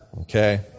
okay